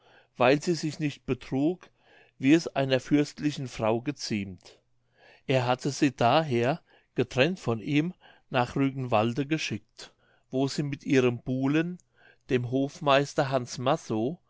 weil sie sich nicht betrug wie es einer fürstlichen frau geziemt er hatte sie daher getrennt von ihm nach rügenwalde geschickt wo sie mit ihrem buhlen dem hofmeister hans massow